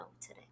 today